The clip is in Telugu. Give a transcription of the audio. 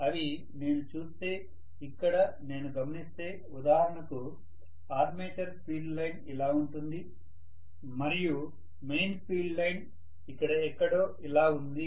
అవి నేను చూస్తే ఇక్కడ నేను గమనిస్తే ఉదాహరణకు ఆర్మేచర్ ఫీల్డ్ లైన్ ఇలా ఉంటుంది మరియు మెయిన్ ఫీల్డ్ లైన్ ఇక్కడ ఎక్కడో ఇలా ఉంది